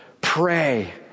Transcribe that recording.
Pray